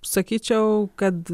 sakyčiau kad